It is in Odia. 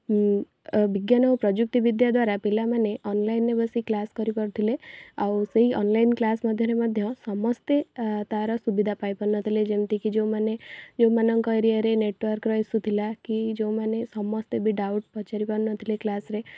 ଉଁ ଅ ବିଜ୍ଞାନ ଓ ପ୍ରଯୁକ୍ତିବିଦ୍ୟା ଦ୍ଵାରା ପିଲାମାନେ ଅନଲାଇନରେ ବସି କ୍ଲାସ୍ କରିପାରୁଥିଲେ ଆଉ ସେଇ ଅନଲାଇନ କ୍ଲାସ୍ ମଧ୍ୟରେ ମଧ୍ୟ ସମସ୍ତେ ଆ ତାର ସୁବିଧା ପାଇପାରୁ ନ ଥିଲେ ଯେମିତି କି ଯେଉଁମାନେ ଯେଉଁମାନଙ୍କ ଏରିଆରେ ନେଟୱାର୍କ୍ ର ଇସୁ ଥିଲା କି ଯେଉଁମାନେ ସମସ୍ତେ ବି ଡାଉଟ ପଚାରି ପାରୁନଥିଲେ କ୍ଲାସ୍ ରେ